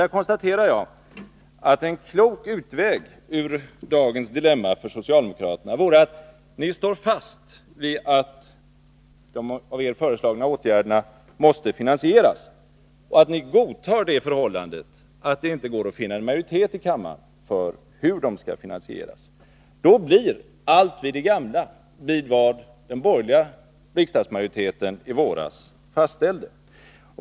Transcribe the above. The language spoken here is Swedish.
Där konstaterade jag att en klok utväg ur dagens dilemma för socialdemokraterna vore att ni står fast vid att de av er föreslagna åtgärderna måste finansieras och att ni godtar det förhållandet att det inte går att vinna majoritet i kammaren för hur de skall finansieras. Då blir allt vid det gamla, vid vad den borgerliga riksdagsmajoriteten i våras fastställde.